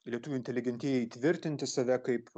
lietuvių inteligentijai įtvirtinti save kaip